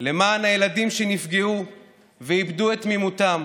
למען הילדים שנפגעו ואיבדו את תמימותם,